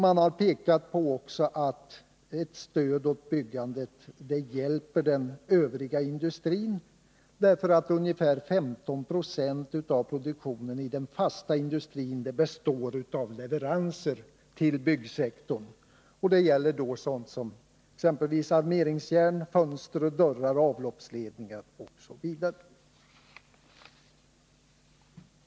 Man har också framhållit att ett stöd åt byggandet hjälper den övriga industrin — därför att ungefär 15 20 av produktionen i den fasta industrin består av leveranser till byggsektorn. Det gäller sådant som exempelvis armeringsjärn, fönster, dörrar, avloppsledningar osv.